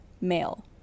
male